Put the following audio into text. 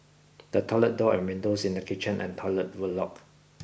the toilet door and windows in the kitchen and toilet were locked